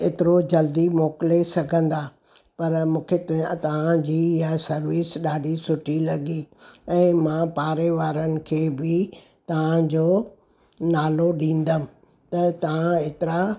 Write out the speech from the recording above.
एतिरो जल्दी मोकिले सघंदा पर मूंखे तुया तव्हांजी इहा सर्विस ॾाढी सुठी लॻी ऐं मां पाड़े वारनि खे बि तव्हांजो नालो ॾींदमि त तव्हां एतिरा